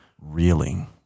reeling